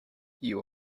you